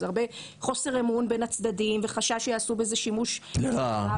זה הרבה חוסר אמון בין הצדדים וחשש שיעשו בזה שימוש לרעה.